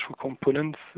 components